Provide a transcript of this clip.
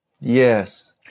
Yes